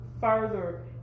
further